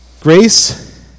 Grace